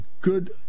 Good